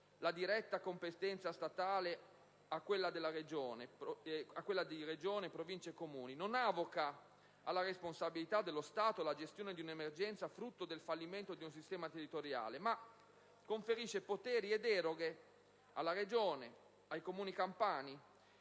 la diretta competenza statale a quella di Regione, Province e Comuni e non avoca alla responsabilità dello Stato la gestione di un'emergenza frutto del fallimento di un sistema territoriale, ma conferisce poteri e deroghe alla Regione e ai Comuni campani,